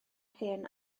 hen